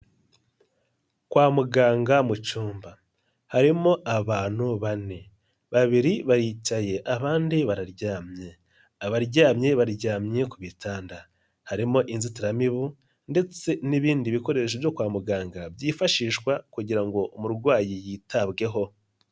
Kwa muganga mu cyumba harimo abantu bane, babiri baricaye abandi bararyamye abaryamye, abaryamye baryamye ku bitanda, harimo inzitiramibu ndetse n'ibindi bikoresho byo kwa muganga byifashishwa kugira ngo umurwayi yitabweho.